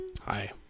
Hi